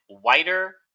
whiter